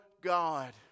God